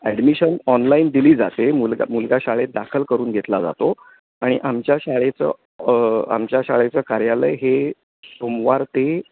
admission online दिली जाते मुलगा मुलगा शाळेत दाखल करून घेतला जातो आणि आमच्या शाळेचं आमच्या शाळेचं कार्यालय हे सोमवार ते